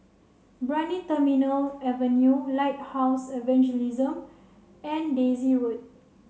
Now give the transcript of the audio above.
Brani Terminal Avenue Lighthouse Evangelism and Daisy Road